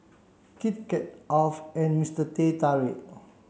Kit Kat Alf and Mister Teh Tarik